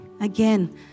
Again